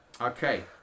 Okay